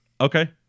Okay